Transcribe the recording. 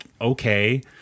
okay